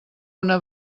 una